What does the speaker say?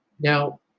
Now